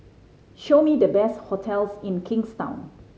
show me the best hotels in Kingstown